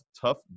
tough